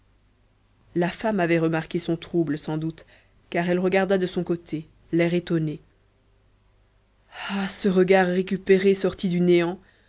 la femme avait remarqué son trouble sans doute car elle regarda de son côté l'air étonné ah ce regard récupéré sorti du néant